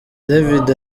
david